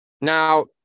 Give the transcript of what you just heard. Now